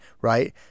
right